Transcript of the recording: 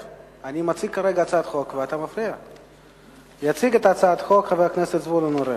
יציג את הצעת החוק חבר הכנסת זבולון אורלב.